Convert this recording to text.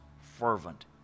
fervent